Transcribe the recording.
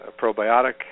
probiotic